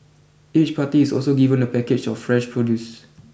each party is also given a package of fresh produce